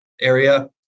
area